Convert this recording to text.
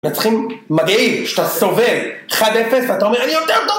מנצחים מגעיל שאתה סובל 1-0 ואתה אומר אני יותר טוב